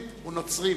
ונוצרים.